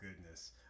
goodness